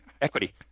equity